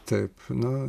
taip na